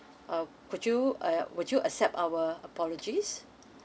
uh could you uh would you accept our apologies